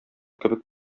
кебек